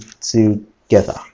together